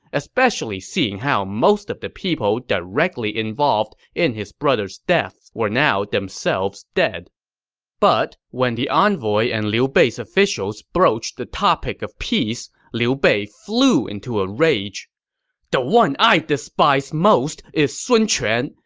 especially seeing how most of the people directly involved in his brothers' deaths were now themselves dead but when the envoy and liu bei's officials broached the topic of peace, however, liu bei flew into a rage the one i despise most is sun quan.